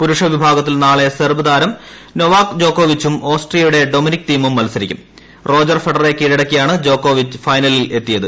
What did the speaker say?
പുരുഷ വിഭാഗത്തിൽ നാളെ സെർബ് താരം ന്യൊവാക് ജോക്കോവിച്ചും ഓസ്ട്രിയയുടെ ഡൊമനിക് തീമും മൽസരിക്കും ്റോജർ ഫെഡററെ കീഴടക്കിയാണ് ജോക്കോവിച്ച് ഫൈനലിൽ ഏത്തിയത്